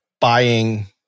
buying